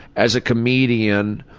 as a comedian,